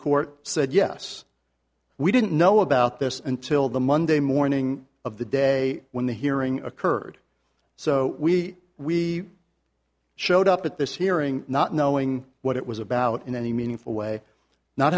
court said yes we didn't know about this until the monday morning of the day when the hearing occurred so we we showed up at this hearing not knowing what it was about in any meaningful way not